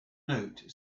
note